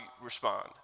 respond